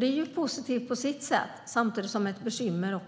Det är positivt på sitt sätt samtidigt som det också är ett bekymmer.